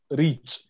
reach